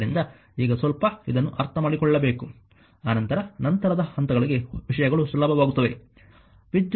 ಆದ್ದರಿಂದ ಈಗ ಸ್ವಲ್ಪ ಇದನ್ನು ಅರ್ಥಮಾಡಿಕೊಳ್ಳಬೇಕು ಅನಂತರ ನಂತರದ ಹಂತಗಳಿಗೆ ವಿಷಯಗಳು ಸುಲಭವಾಗುತ್ತವೆ